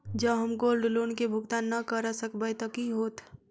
जँ हम gold loan केँ भुगतान न करऽ सकबै तऽ की होत?